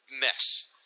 mess